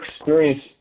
experience